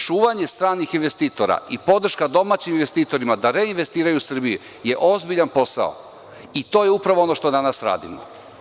Čuvanje stranih investitora i podrška domaćim investitorima da reinvestiraju u Srbiji je ozbiljan posao i to je upravo ono što danas radimo.